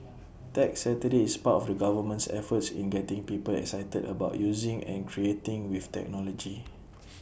Tech Saturday is part of the government's efforts in getting people excited about using and creating with technology